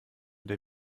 der